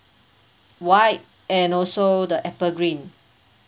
white and also the apple green